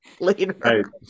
later